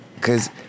Cause